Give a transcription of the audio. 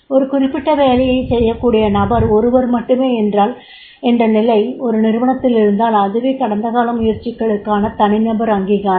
ஒரு குறிப்பிட்ட வேலையைச் செய்யக்கூடிய நபர் ஒருவர் மட்டுமே என்ற நிலை ஒரு நிறுவனத்தில் இருந்தால் அதுவே கடந்த கால முயற்சிகளுக்கான தனிநபர் அங்கீகாரம்